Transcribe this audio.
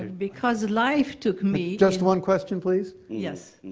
because life took me just one question, please. yes.